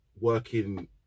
working